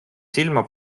silma